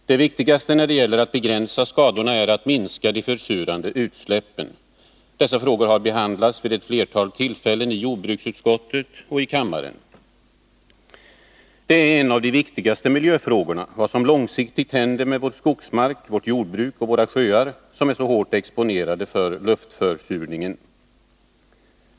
Det viktigaste för att begränsa skadorna är att minska de försurande utsläppen. Dessa frågor har behandlats vid ett flertal tillfällen i jordbruksutskottet och i kammaren. En av de viktigaste miljöfrågorna är vad som långsiktigt händer med vår skogsmark, vårt jordbruk och våra sjöar, som är så hårt exponerade för luftförsurningen.